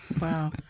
wow